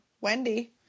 Wendy